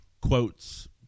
quotes